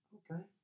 okay